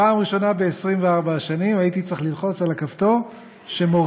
פעם ראשונה ב-24 שנים שהייתי צריך ללחוץ על הכפתור שמוריד.